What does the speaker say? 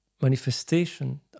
manifestation